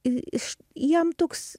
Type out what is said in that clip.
ir iš jam toks